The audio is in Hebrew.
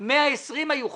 120 היו חותמים.